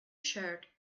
shared